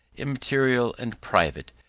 immaterial and private,